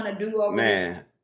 Man